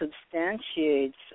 substantiates